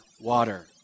water